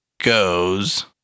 goes